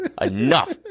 Enough